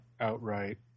outright